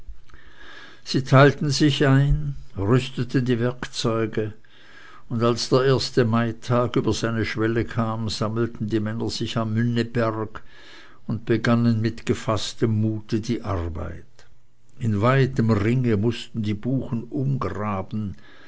sie teilten sich ein rüsteten die werkzeuge und als der erste maitag über seine schwelle kam sammelten die männer sich am münneberg und begannen mit gefaßtem mute die arbeit in weitem ringe mußten die buchen umgraben